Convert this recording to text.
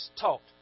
talked